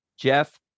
Jeff